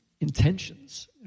intentions